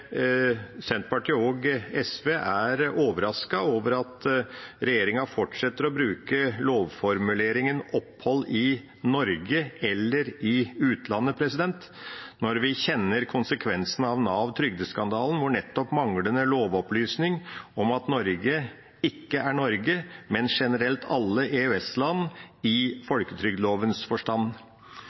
Senterpartiet og SV er overrasket over at regjeringa fortsetter å bruke lovformuleringen «opphold i Norge eller i utlandet», når vi kjenner konsekvensene av Nav-/trygdeskandalen, hvor nettopp manglende lovopplysning om at Norge ikke er Norge, men generelt alle EØS-land i folketrygdlovens forstand.